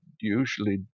usually